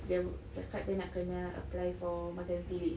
dia cakap dia kena apply for maternity leave